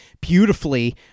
beautifully